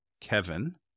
Kevin